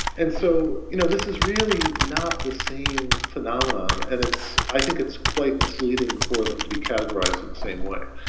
and so you know this is really not the same phenomenon and i think it's quite misleading for them to be categorised in the same way.